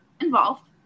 involved